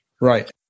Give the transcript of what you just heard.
Right